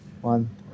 One